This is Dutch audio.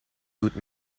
doet